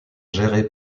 gérée